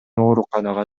ооруканага